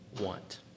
want